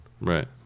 Right